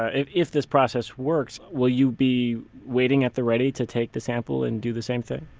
ah if if this process works, will you be waiting at the ready to take the sample and do the same thing?